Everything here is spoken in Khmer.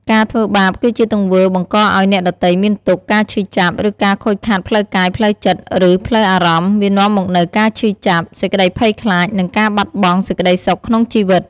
ការធ្វើបាប គឺជាទង្វើបង្កឲ្យអ្នកដទៃមានទុក្ខ ការឈឺចាប់ ឬការខូចខាតផ្លូវកាយ ផ្លូវចិត្ត ឬផ្លូវអារម្មណ៍ វានាំមកនូវការឈឺចាប់ សេចក្តីភ័យខ្លាច និងការបាត់បង់សេចក្តីសុខក្នុងជីវិត។